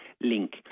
link